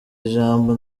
ijambo